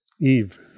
Eve